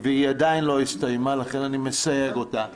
והיא עדיין לא הסתיימה, לכן אני מסייג אותה,